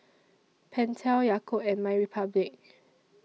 Pentel Yakult and MyRepublic